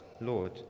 Lord